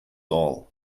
all